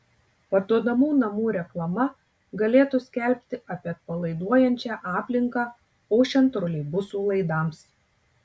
parduodamų namų reklama galėtų skelbti apie atpalaiduojančią aplinką ošiant troleibusų laidams